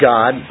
God